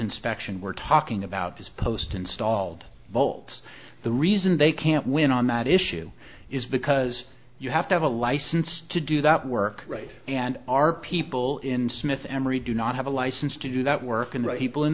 inspection we're talking about this post installed bolts the reason they can't win on that issue is because you have to have a license to do that work and our people in smith emery do not have a license to do that work and